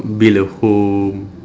build a home